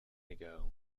ago